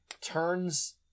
turns –